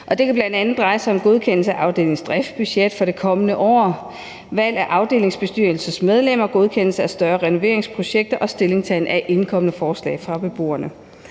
Det kan bl.a. dreje sig om godkendelse af afdelingens driftsbudget for det kommende år, valg af afdelingsbestyrelsens medlemmer, godkendelse af større renoveringsprojekter og stillingtagen til indkomne forslag fra beboerne.